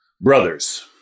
Brothers